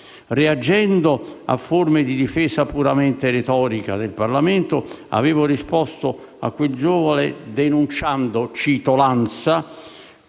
Reagendo a forme di difesa puramente retorica del Parlamento, avevo risposto a quel giovane, denunciando - cito l'ANSA